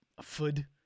Food